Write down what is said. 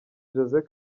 josee